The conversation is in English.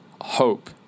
hope